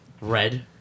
red